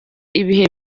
ibihe